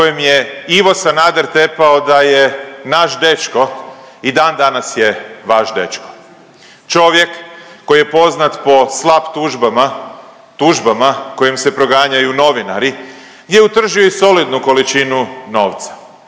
kojem je Ivo Sanader tepao da je naš dečko i dan danas je vaš dečko. Čovjek koji je poznat po slapp tužbama, tužbama kojim se proganjaju novinari gdje utržuju i solidnu količinu novca.